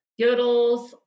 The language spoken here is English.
Yodels